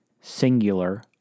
singular